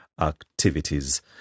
activities